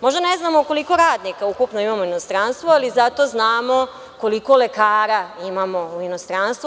Možda ne znamo koliko radnika ukupno imamo u inostranstvu, ali zato znamo koliko lekara imamo u inostranstvu.